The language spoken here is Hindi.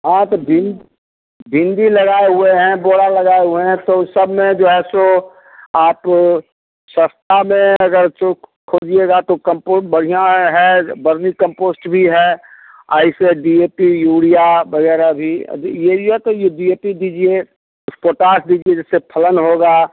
हाँ तो भिन भिंडी लगाए हुए हैं बोड़ा लगाए हुए हैं तो उन सबमें जो है सो आप सस्ता में अगर चोक खोजिएगा तो कंपोट बढ़ियाँ है बर्मी कंपोस्ट भी है ऐसे डी ए पी यूरिया वगैरह भी अभी यूरिया तो ये डी ए पी दीजिए कुछ पोटास दीजिए जिससे फलन होगा